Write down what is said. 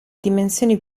dimensioni